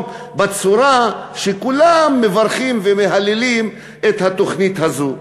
בצורה שכולם מברכים ומהללים את התוכנית הזאת.